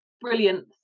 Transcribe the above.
brilliant